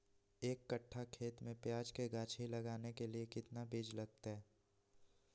एक कट्ठा खेत में प्याज के गाछी लगाना के लिए कितना बिज लगतय?